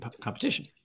Competition